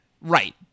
Right